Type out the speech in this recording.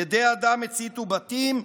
ידי אדם הציתו בתים,